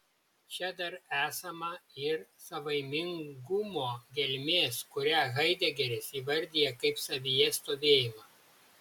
čia dar esama ir savaimingumo gelmės kurią haidegeris įvardija kaip savyje stovėjimą